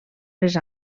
les